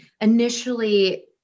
initially